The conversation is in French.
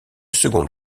seconde